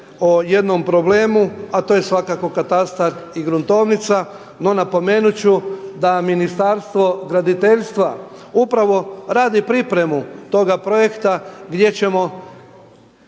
o jednom problemu, a to je svakako katastar i gruntovnica, no napomenut ću da Ministarstvo graditeljstva upravo radi pripremu toga projekta gdje ćemo